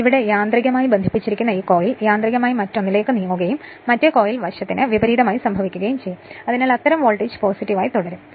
അതിനാൽ ഇവിടെ യാന്ത്രികമായി ബന്ധിപ്പിച്ചിരിക്കുന്ന ഈ കോയിൽ യാന്ത്രികമായി മറ്റൊന്നിലേക്ക് നീങ്ങുകയും മറ്റേ കോയിൽ വശത്തിന് വിപരീതമായി സംഭവിക്കുകയും ചെയ്യും അതിനാൽ അത്തരം വോൾട്ടേജ് പോസിറ്റീവ് ആയി തുടരും